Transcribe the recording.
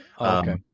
okay